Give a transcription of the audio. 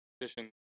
position